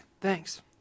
Thanks